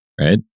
right